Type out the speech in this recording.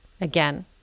again